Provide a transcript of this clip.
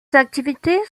activités